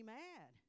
mad